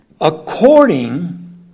according